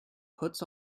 puts